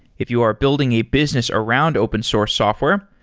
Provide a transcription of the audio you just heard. if you are building a business around open source software,